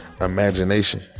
imagination